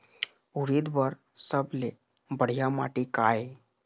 उरीद बर सबले बढ़िया माटी का ये?